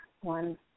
One